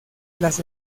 las